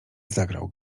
zagrał